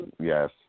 Yes